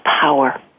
power